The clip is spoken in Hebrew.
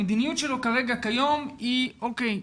המדיניות שלו כיום היא אוקיי,